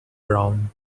brown